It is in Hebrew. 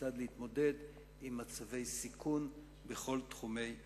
כדי להתמודד עם מצבי סיכון בכל תחומי החיים.